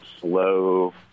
slow